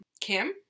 Kim